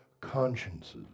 consciences